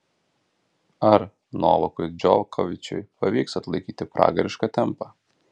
ar novakui džokovičiui pavyks atlaikyti pragarišką tempą